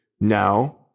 now